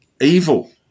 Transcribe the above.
evil